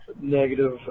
negative